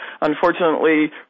unfortunately